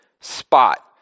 spot